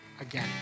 again